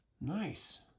Nice